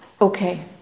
Okay